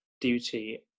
duty